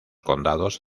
condados